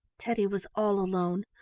teddy was all alone,